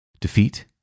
Defeat